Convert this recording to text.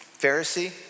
Pharisee